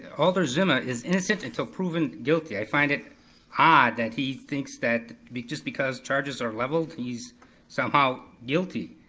alder zima is innocent until proven guilty, i find it odd that he thinks that just because charges are leveled, he's somehow guilty.